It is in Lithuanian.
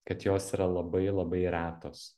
kad jos yra labai labai retos